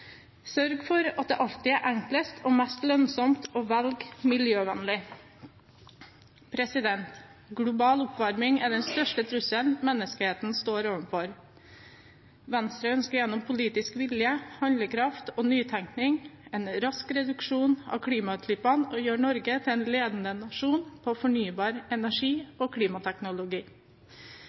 sørge for at det alltid er enklest og mest lønnsomt å velge miljøvennlig. Global oppvarming er den største trusselen menneskeheten står overfor. Venstre ønsker gjennom politisk vilje, handlekraft og nytenkning en rask reduksjon av klimautslippene og å gjøre Norge til en ledende nasjon på fornybar energi og klimateknologi.